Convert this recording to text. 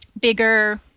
bigger